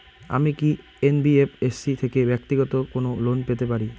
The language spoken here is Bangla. আমি কি এন.বি.এফ.এস.সি থেকে ব্যাক্তিগত কোনো লোন পেতে পারি?